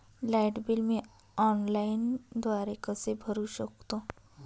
Light bill मी ऑनलाईनद्वारे कसे भरु शकतो?